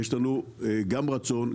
יש לנו גם רצון,